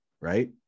right